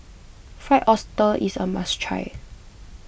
Fried Oyster is a must try